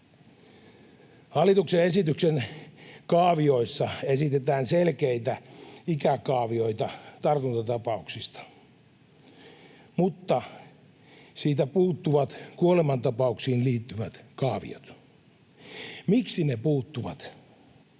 Hallituksen esityksen kaavioissa esitetään selkeitä ikäkaavioita tartuntatapauksista, mutta siitä puuttuvat kuolemantapauksiin liittyvät kaaviot. Miksi ne puuttuvat?